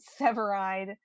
Severide